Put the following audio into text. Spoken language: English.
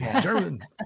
German